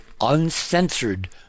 uncensored